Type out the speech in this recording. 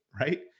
right